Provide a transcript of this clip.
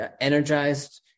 energized